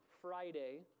Friday